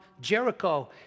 Jericho